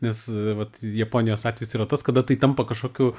nes vat japonijos atvejis yra tas kada tai tampa kažkokiu